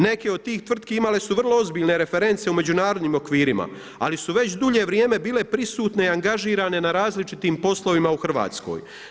Neke od tih tvrtki imale su vrlo ozbiljne reference u međunarodnim okvirima, ali su već dulje vrijeme bile prisutne i angažirane na različitim poslovima u Hrvatskoj.